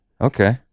Okay